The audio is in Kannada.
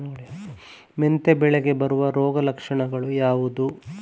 ಮೆಂತೆ ಬೆಳೆಗೆ ಬರುವ ರೋಗದ ಲಕ್ಷಣಗಳು ಯಾವುದು?